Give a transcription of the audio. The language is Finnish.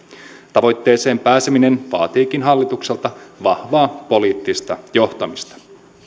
tavoitteeseen pääseminen vaatiikin hallitukselta vahvaa poliittista johtamista